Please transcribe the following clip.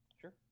Sure